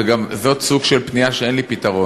וגם זה סוג של פנייה כי אין לי פתרון: